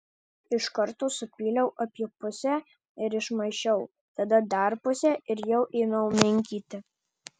iš karto supyliau apie pusę ir išmaišiau tada dar pusę ir jau ėmiau minkyti